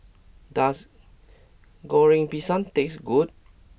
does Goreng Pisang taste good